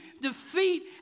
defeat